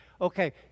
Okay